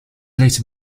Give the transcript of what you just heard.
later